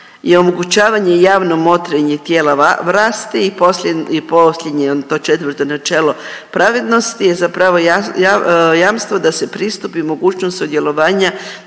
je omogućavanje javno motrenje tijela vlasti i posljednji to 4 načelo pravednosti je zapravo jamstvo da se pristupi mogućnost sudjelovanja